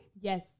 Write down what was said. Yes